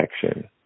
protection